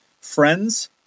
Friends